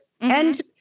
And-